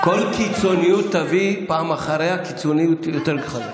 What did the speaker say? כל קיצוניות תביא אחריה קיצוניות יותר חדה.